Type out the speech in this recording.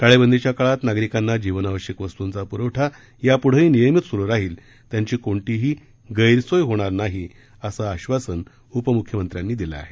टाळेबंदीच्या काळात नागरिकांना जीवनावश्यक वस्तूंचा पुरवठा यापुढेही नियमित सुरु राहील त्यांची कोणतीही गस्कीय होणार नाही असं आशावासानं उपमुख्यमंत्र्यांनी दिलं आहे